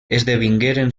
esdevingueren